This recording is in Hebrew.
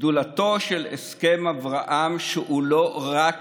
גדולתו של הסכם אברהם היא שהוא לא רק